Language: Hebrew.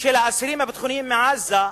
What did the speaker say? של האסירים הביטחוניים מעזה.